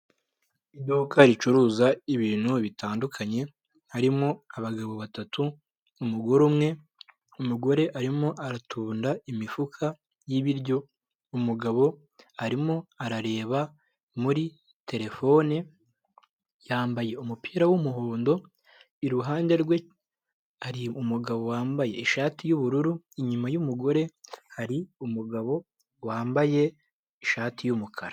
Iduka ricuruza ibintu bitandukanye harimo abagabo batatu umugore umwe umugore arimo aratunda imifuka y'ibiryo umugabo arimo arareba muri terefone yambaye umupira wumuhondo iruhande rwe hari umugabo wambaye ishati y'ubururu inyuma yumugore hari umugabo wambaye ishati y'umukara .